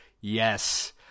yes